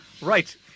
Right